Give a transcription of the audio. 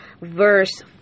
verse